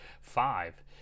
five